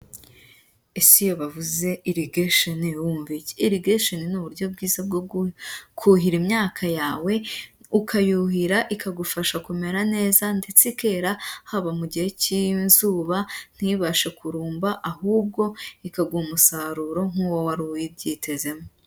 Ese iyo bavuze irigesheni wumve iki? Irigesheni ni uburyo bwiza bwo kuhira imyaka yawe, ukayuhira ikagufasha kumera neza ndetse ikera, haba mu gihe cy'izuba ntibashe kurumba ahubwo ikaguha umusaruro nk'uwo wari uyibyitezemo.